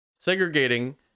Segregating